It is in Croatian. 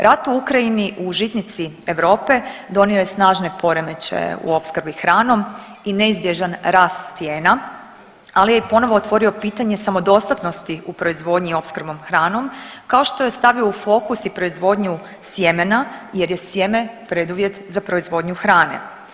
Rat u Ukrajini u žitnici Europe donio je snažne poremećaje u opskrbi hranom i neizbježan rast cijena, ali je i ponovo otvorio pitanje samodostatnosti u proizvodnji opskrbom hranom kao što je stavio u fokus i proizvodnju sjemena jer je sjeme preduvjet za proizvodnju hrane.